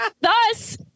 Thus